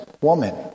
woman